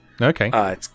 okay